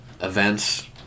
Events